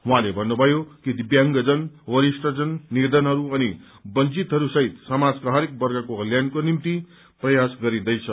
उहाँले भन्नुभयो कि दिव्यांगजन वरिष्ठजन निर्धनहरू अनि वंचितहरू सहित समाजका हरेक वर्गको कल्याणको निम्ति प्रयास गरिन्दैछ